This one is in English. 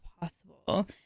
possible